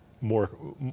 more